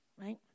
Right